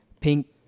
pink